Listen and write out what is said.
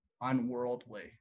unworldly